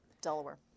Delaware